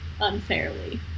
unfairly